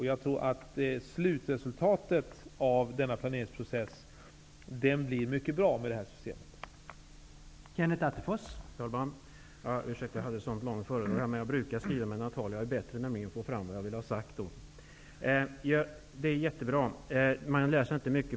Jag tror att slutresultatet av denna planeringsprocess kommer att bli mycket bra med det här systemet.